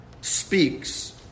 speaks